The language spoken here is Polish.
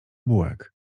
bułek